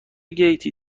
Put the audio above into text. گیتی